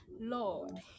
lord